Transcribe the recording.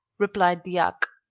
replied the yak.